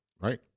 right